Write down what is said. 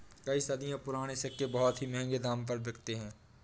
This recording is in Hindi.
कई सदियों पुराने सिक्के बहुत ही महंगे दाम पर बिकते है